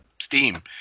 Steam